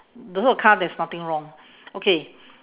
the whole car there's nothing wrong okay